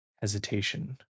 hesitation